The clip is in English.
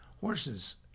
horses